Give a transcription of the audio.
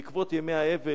בעקבות ימי האבל,